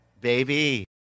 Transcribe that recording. baby